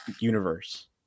universe